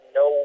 no